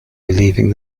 believing